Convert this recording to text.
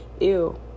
Ew